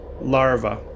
larva